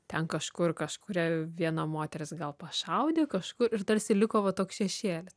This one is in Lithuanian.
ten kažkur kažkuri viena moteris gal pašaudė kažkur ir tarsi liko va toks šešėlis